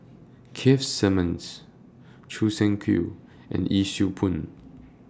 Keith Simmons Choo Seng Quee and Yee Siew Pun